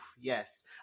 yes